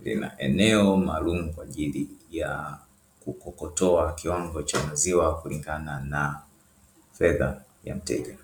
Lina eneo maalumu kwa ajili ya kutoa kiwango cha maziwa kulingana na fedha ya mteja.